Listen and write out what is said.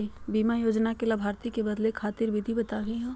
बीमा योजना के लाभार्थी क बदले खातिर विधि बताही हो?